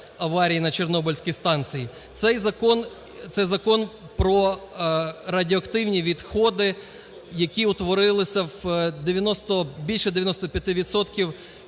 аварії на Чорнобильській станції. Цей закон про радіоактивні відходи, які утворилися в … більше 95